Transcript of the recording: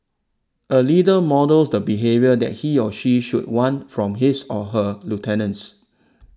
a leader models the behaviour that he or she should want from his or her lieutenants